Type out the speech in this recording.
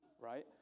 right